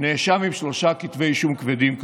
נאשם עם שלושה כתבי אישום כבדים אלה.